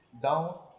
down